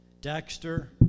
Dexter